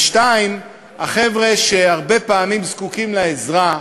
2. החבר'ה שהרבה פעמים זקוקים לעזרה,